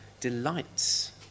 delights